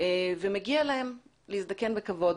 ומגיע להם להזדקן בכבוד.